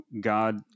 God